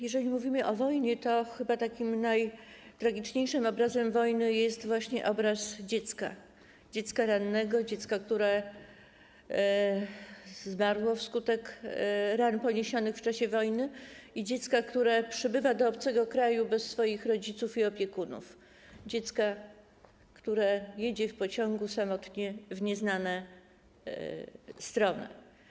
Jeżeli mówimy o wojnie, to chyba najtragiczniejszym obrazem wojny jest właśnie obraz dziecka, dziecka rannego, dziecka, które zmarło wskutek ran poniesionych w czasie wojny, i dziecka, które przybywa do obcego kraju bez swoich rodziców i opiekunów, dziecka, które jedzie w pociągu samotnie w nieznane strony.